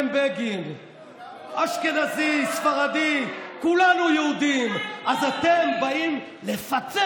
(חברת הכנסת גלית דיסטל אטבריאן יוצאת מאולם המליאה.) כולם אוהבים את עם